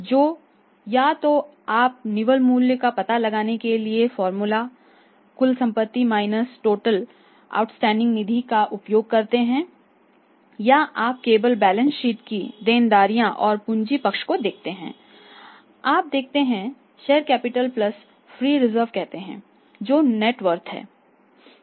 तो या तो आप निवल मूल्य का पता लगाने के लिए फॉर्मूला कुल संपत्ति माइनस टोटल आउटसाइड निधि का उपयोग करते हैं या आप केवल बैलेंस शीट की देनदारियों और पूंजी पक्ष को देखते हैं और आप देखते हैं share capital plus free reserve करते हैं जो नेट वर्थ है